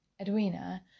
Edwina